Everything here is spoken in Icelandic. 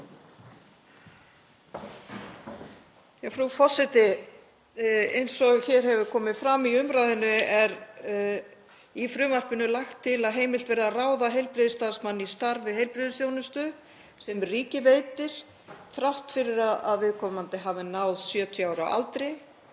Frú forseti. Eins og komið hefur fram í umræðunni er í frumvarpinu lagt til að heimilt verði að ráða heilbrigðisstarfsmann í starf við heilbrigðisþjónustu sem ríkið veitir þrátt fyrir að viðkomandi hafi náð 70 ára aldri